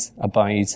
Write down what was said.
abide